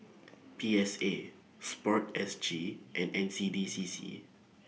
P S A Sport S G and N C D C C